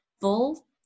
full